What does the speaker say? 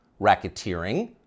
Racketeering